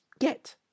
get